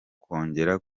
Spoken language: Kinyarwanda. kongera